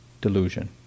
delusion